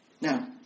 Now